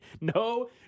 No